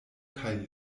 kaj